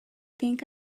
think